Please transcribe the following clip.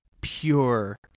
pure